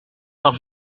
car